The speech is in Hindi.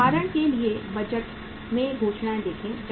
उदाहरण के लिए बजट में घोषणाएँ देखें